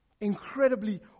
Incredibly